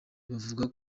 bavuga